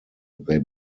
they